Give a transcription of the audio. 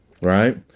Right